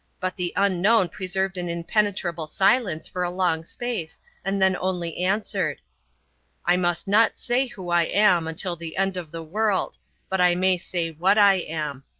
but the unknown preserved an impenetrable silence for a long space and then only answered i must not say who i am until the end of the world but i may say what i am.